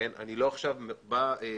החלטה 2017. אני לא מתכוון להצדיקה,